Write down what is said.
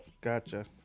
gotcha